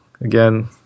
Again